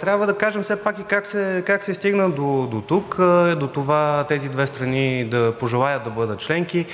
Трябва да кажем все пак и как се стигна дотук – тези две страни да пожелаят да бъдат членки.